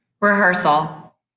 Rehearsal